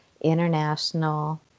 International